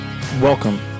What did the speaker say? Welcome